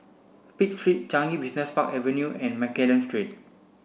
Pitt Street Changi Business Park Avenue and Mccallum Street